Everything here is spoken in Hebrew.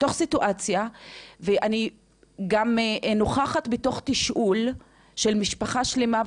כשאני גם נוכחת בתוך תשאול של משפחה שלמה,